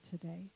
today